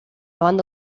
banda